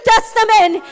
Testament